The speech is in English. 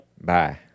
Bye